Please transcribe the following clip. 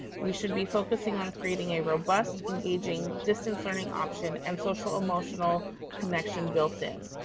we should be focusing on creating a robust, engaging distance learning option and social emotional connection built in.